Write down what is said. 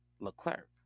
Leclerc